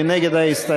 מי נגד ההסתייגות?